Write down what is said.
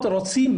הארצית הדנה